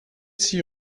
six